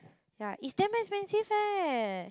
ya it's damn expensive eh